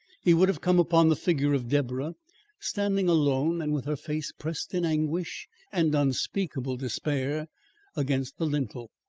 he would have come upon the figure of deborah standing alone and with her face pressed in anguish and unspeakable despair against the lintel.